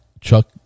Chuck